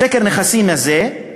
סקר הנכסים הזה,